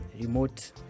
remote